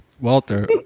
Walter